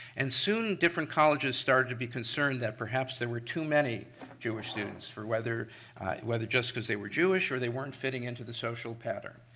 and soon different colleges started to be concerned that perhaps there were too many jewish students, whether whether just because they were jewish or they weren't fitting into the social pattern.